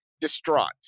distraught